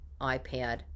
iPad